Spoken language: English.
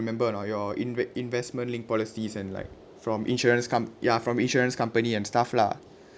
remember or not your inve~ investment-linked policies and like from insurance com~ ya from insurance company and stuff lah